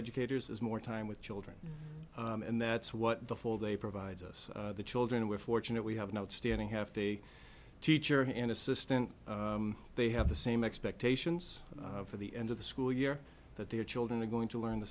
educators as more time with children and that's what the whole day provides us the children we're fortunate we have an outstanding have to a teacher an assistant they have the same expectations for the end of the school year that their children are going to learn the